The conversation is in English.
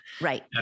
Right